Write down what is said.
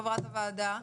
חברת הוועדה,